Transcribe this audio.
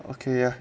okay ya